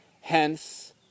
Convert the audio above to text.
Hence